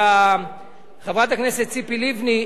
חברת הכנסת ציפי לבני,